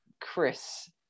Chris